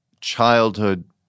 childhood